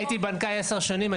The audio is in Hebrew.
הייתי בנקאי 10 שנים,